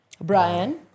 Brian